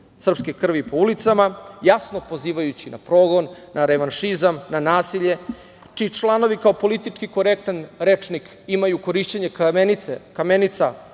srpske krvi po ulicama, jasno pozivajući na progon, na revanšizam, na nasilje, čiji članovi kao politički korektan rečnik imaju korišćenje kamenica